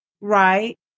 right